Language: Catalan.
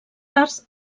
arts